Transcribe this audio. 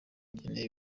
ingene